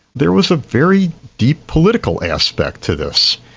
there was a very deep political aspect to this.